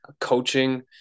coaching